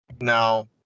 Now